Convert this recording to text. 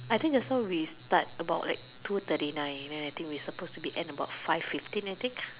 I think just now we start about like two thirty nine then I think we suppose to be end about five fifteen I think